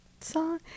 song